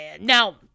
Now